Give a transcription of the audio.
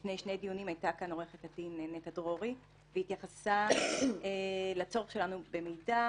לפני שני דיונים הייתה כאן עו"ד נטע דרורי והתייחסה לצורך שלנו במידע,